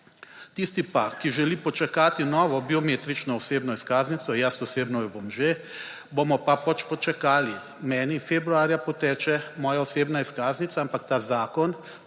Tisti, ki pa želi počakati novo biometrično osebno izkaznico – jaz osebno jo bom že – bomo pa pač počakali. Meni februarja poteče moja osebna izkaznica, ampak ta zakon